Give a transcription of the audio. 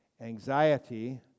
anxiety